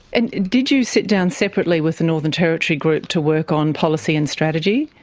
and did you sit down separately with the northern territory group to work on policy and strategy?